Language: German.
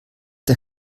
der